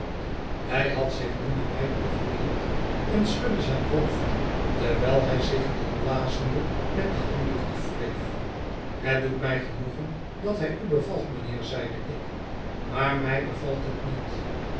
hij had zich nu naar mij toegekeerd en schudde zijn hoofd terwijl hij zich al blazende met den handdoek afwreef het doet mij genoegen dat hij u bevalt mijnheer zeide ik maar mij bevalt hij niet